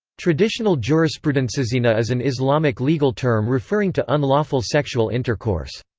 traditional jurisprudencezina is an islamic legal term referring to unlawful sexual intercourse.